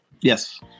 Yes